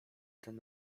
ten